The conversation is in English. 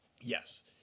Yes